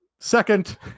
second